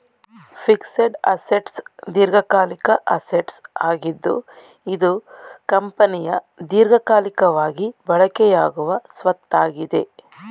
fixed assets ದೀರ್ಘಕಾಲಿಕ assets ಆಗಿದ್ದು ಇದು ಕಂಪನಿಯ ದೀರ್ಘಕಾಲಿಕವಾಗಿ ಬಳಕೆಯಾಗುವ ಸ್ವತ್ತಾಗಿದೆ